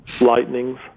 lightnings